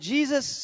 Jesus